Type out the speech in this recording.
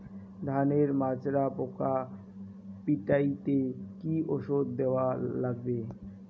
ধানের মাজরা পোকা পিটাইতে কি ওষুধ দেওয়া লাগবে?